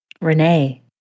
Renee